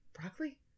broccoli